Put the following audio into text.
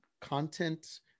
content